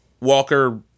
Walker